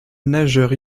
nageur